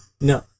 No